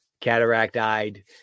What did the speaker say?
cataract-eyed